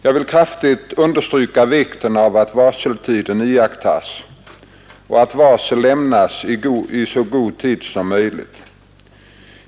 Jag vill kraftigt understryka vikten av att varseltiden iakttas och att varsel lämnas i så god tid som möjligt.